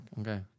Okay